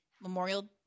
Memorial